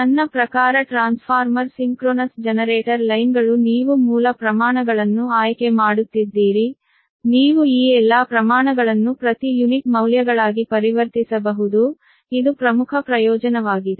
ನನ್ನ ಪ್ರಕಾರ transformer synchronous generator ಲೈನ್ಗಳು ನೀವು ಮೂಲ ಪ್ರಮಾಣಗಳನ್ನು ಆಯ್ಕೆ ಮಾಡುತ್ತಿದ್ದೀರಿ ನೀವು ಈ ಎಲ್ಲಾ ಪ್ರಮಾಣಗಳನ್ನು ಪ್ರತಿ ಯುನಿಟ್ ಮೌಲ್ಯಗಳಾಗಿ ಪರಿವರ್ತಿಸಬಹುದು ಇದು ಪ್ರಮುಖ ಪ್ರಯೋಜನವಾಗಿದೆ